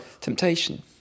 temptation